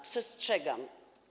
Przestrzegam.